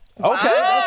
Okay